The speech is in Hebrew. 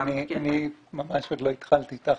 כן, אני ממש עוד לא התחלתי, תכלס.